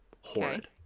Horrid